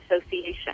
Association